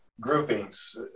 groupings